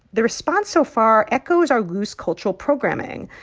the response so far echoes our loose cultural programming.